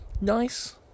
Nice